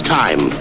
time